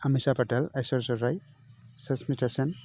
Ameesha Patel Aishwarya Rai Sushmita Sen